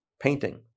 painting